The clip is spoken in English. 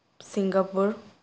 Singapore